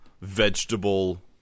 vegetable